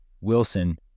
Wilson